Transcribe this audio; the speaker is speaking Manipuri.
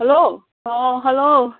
ꯍꯜꯂꯣ ꯑꯣ ꯍꯜꯂꯣ